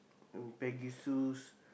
in baggy shoes